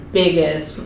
biggest